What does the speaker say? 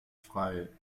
freie